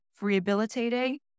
rehabilitating